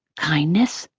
kindness.